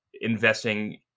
investing